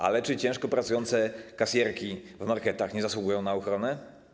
Ale czy ciężko pracujące kasjerki w marketach nie zasługują na ochronę?